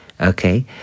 okay